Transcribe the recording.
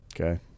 Okay